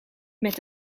met